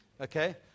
okay